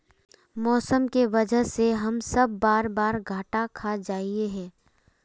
मौसम के वजह से हम सब बार बार घटा खा जाए हीये?